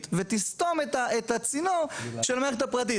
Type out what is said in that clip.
ותסתום את הצינור של המערכת הפרטית.